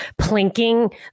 plinking